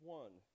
one